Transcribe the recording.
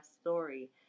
story